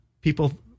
people